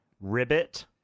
Ribbit